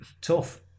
Tough